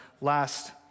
last